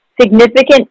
significant